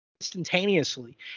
instantaneously